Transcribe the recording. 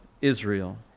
Israel